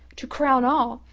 to crown all,